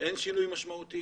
אין שינוי משמעותי